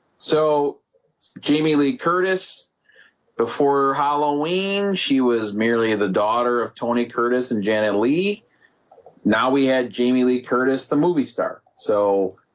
so jamie lee curtis before halloween she was merely the daughter of tony curtis and janet leigh now we had jamie lee curtis the movie star so